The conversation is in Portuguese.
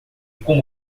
como